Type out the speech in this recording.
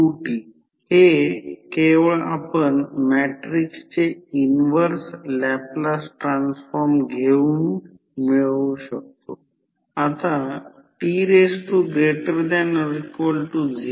तर आता हे या नुमेरिकलसाठी आहे 2400400V हे एक स्टेप डाऊन ट्रान्सफॉर्मर आहे कारण हे प्रायमरी साईड 2400 आणि सेकंडरी साईड 400V आहे